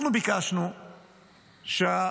אנחנו ביקשנו שהלקוח,